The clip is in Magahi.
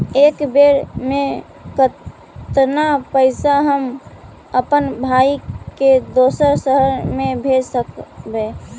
एक बेर मे कतना पैसा हम अपन भाइ के दोसर शहर मे भेज सकबै?